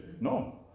No